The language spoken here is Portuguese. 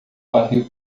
barril